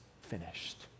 finished